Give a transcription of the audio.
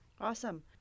awesome